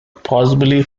possibly